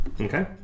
Okay